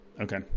okay